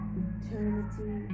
eternity